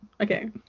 Okay